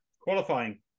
qualifying